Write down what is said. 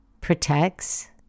protects